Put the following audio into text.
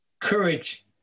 courage